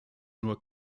nur